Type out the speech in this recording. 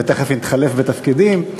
ותכף נתחלף בתפקידים.